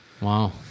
Wow